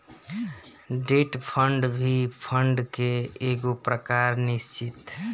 debt fund भी fund के एगो प्रकार निश्चित